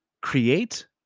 create